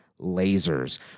lasers